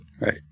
right